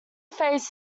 phase